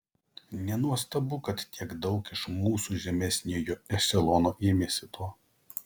nenuostabu kad tiek daug iš mūsų žemesniojo ešelono ėmėsi to